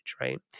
right